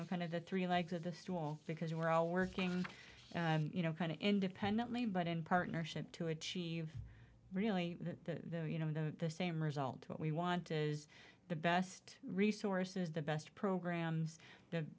know kind of the three legs of the stool because we're all working you know kind of independently but in partnership to achieve really the you know the same result what we want is the best resources the best programs th